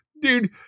dude